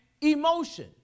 emotion